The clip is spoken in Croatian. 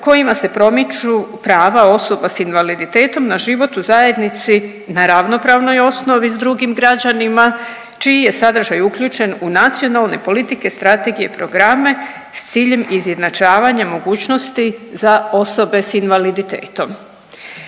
kojima se promiču prava osoba s invaliditetom na život u zajednici na ravnopravnoj osnovi s drugim građanima čiji je sadržaj uključen u nacionalne politike, strategije i programe s ciljem izjednačavanja mogućnosti za osobe s invaliditetom.